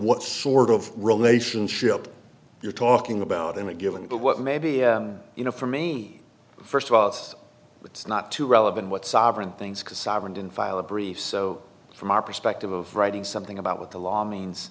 what sort of relationship you're talking about in a given but what may be you know for me first of all it's it's not to relevant what sovereign things because sovereign didn't file a brief so from our perspective of writing something about what the law means